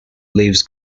leaves